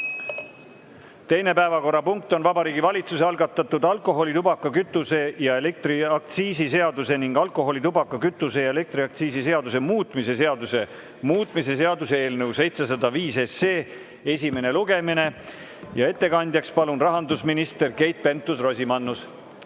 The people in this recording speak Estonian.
Teine päevakorrapunkt on Vabariigi Valitsuse algatatud alkoholi‑, tubaka‑, kütuse‑ ja elektriaktsiisi seaduse ning alkoholi‑, tubaka‑, kütuse‑ ja elektriaktsiisi seaduse muutmise seaduse muutmise seaduse eelnõu 705 esimene lugemine. Ettekandjaks palun rahandusminister Keit Pentus-Rosimannuse.